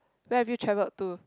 where have you traveled to